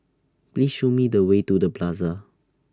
Please Show Me The Way to The Plaza